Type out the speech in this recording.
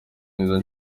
nziza